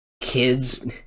Kids